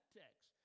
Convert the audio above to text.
text